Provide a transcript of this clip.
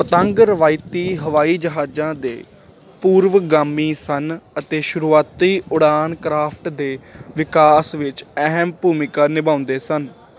ਪਤੰਗ ਰਵਾਇਤੀ ਹਵਾਈ ਜਹਾਜ਼ਾਂ ਦੇ ਪੂਰਵਗਾਮੀ ਸਨ ਅਤੇ ਸ਼ੁਰੂਆਤੀ ਉਡਾਣ ਕਰਾਫਟ ਦੇ ਵਿਕਾਸ ਵਿੱਚ ਅਹਿਮ ਭੂਮਿਕਾ ਨਿਭਾਉਂਦੇ ਸਨ